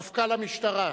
מפכ"ל המשטרה,